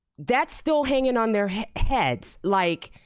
that's still hanging on their heads. like,